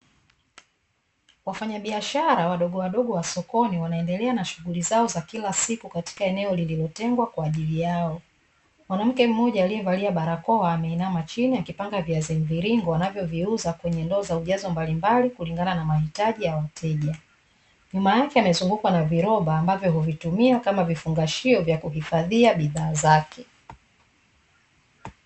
Wafanyabiashara wadogowadogo wa sokoni wanaendelea na shughuli zao za kila siku katika eneo lililotengwa kwa ajili yao. Mwanamke mmoja aliyevalia barakoa ameinama chini akipanga viazi mviringo anavyoviuza kwenye ndoo za ujazo mbalimbali, kulingana na mahitaji ya wateja. Nyuma yake amezungukwa na viroba ambavyo huvitumia kama vifungashio vya kuhifadhia bidhaa zake.